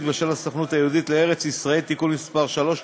ושל הסוכנות היהודית לארץ-ישראל (תיקון מס' 3),